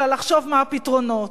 אלא לחשוב מה הפתרונות.